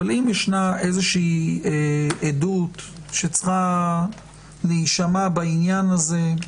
אבל אם יש איזושהי עדות שצריכה להישמע בעניין הזה,